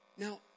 Now